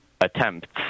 attempts